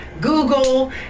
Google